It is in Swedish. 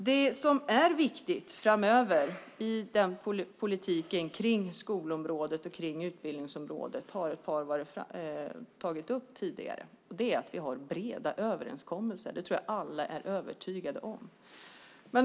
Vad som är viktigt framöver i politiken på skolområdet och utbildningsområdet har några tagit upp tidigare, nämligen att vi har breda överenskommelser. Det tror jag att alla är övertygade om.